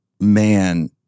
man